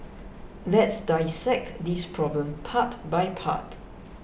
let's dissect this problem part by part